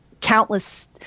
countless